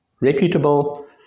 reputable